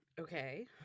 okay